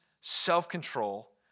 self-control